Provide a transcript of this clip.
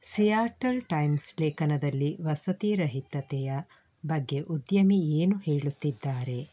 Seattle Times ಲೇಖನದಲ್ಲಿ ವಸತಿರಹಿತತೆಯ ಬಗ್ಗೆ ಉದ್ಯಮಿ ಏನು ಹೇಳುತ್ತಿದ್ದಾರೆ